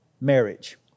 marriage